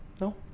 No